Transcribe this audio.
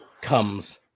comes